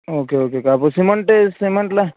okay ஓகேக்கா அப்போ cement சிமெண்ட்ல்லாம்